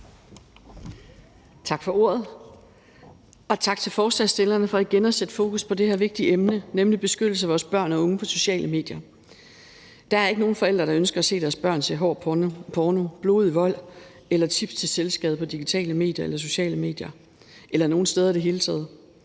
Tak for ordet, og tak til forslagsstillerne for igen at sætte fokus på det her vigtige emne, nemlig beskyttelsen af vores børn og unge på de sociale medier. Der er ikke nogen forældre, der ønsker at se deres børn se hård porno, blodig vold eller tips til selvskade på digitale medier, sociale medier eller nogen steder i det hele taget.